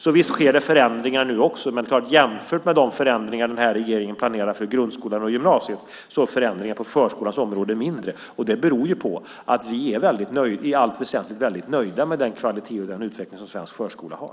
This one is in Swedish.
Så visst sker det förändringar nu också, men jämfört med de förändringar som regeringen planerar för grundskolan och gymnasiet är förändringarna på förskolans område mindre. Det beror på att vi i allt väsentligt är väldigt nöjda med den kvalitet och den utveckling som svensk förskola har.